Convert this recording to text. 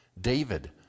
David